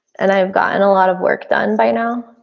and i've gotten a lot of work done by now.